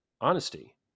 honesty